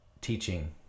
teaching